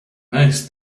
most